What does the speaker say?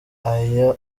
aya